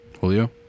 Julio